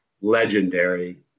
legendary